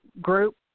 group